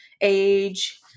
Age